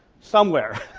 somewhere.